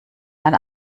man